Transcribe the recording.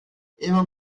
immer